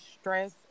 stress